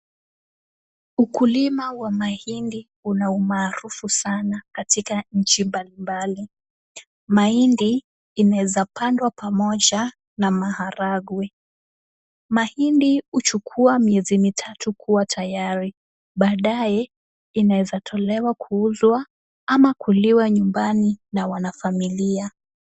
Ukulima wa mahindi una umaarufu sana katika nchi mbalimbali. Mahindi inaweza pandwa pamoja na maharagwe. Mahindi huchukua miezi mitatu kuwa tayari, baadaye inaweza tolewa kuuzwa au kuliwa nyumbani na wanafamilia.